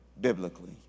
biblically